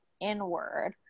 inward